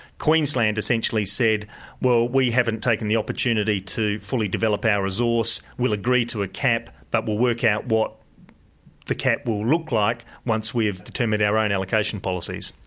queensland essentially said well we haven't taken the opportunity to fully develop our resource, we'll agree to a cap, but we'll work out what the cap will look like once we have determined our own allocation policies.